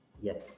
Yes